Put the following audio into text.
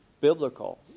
biblical